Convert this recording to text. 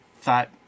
Thought